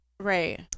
Right